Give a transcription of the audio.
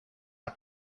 are